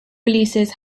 releases